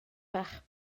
bach